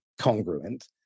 congruent